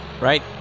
Right